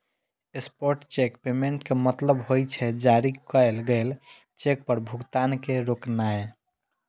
stop cheque payment के मतलब होइ छै, जारी कैल गेल चेक पर भुगतान के रोकनाय